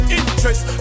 interest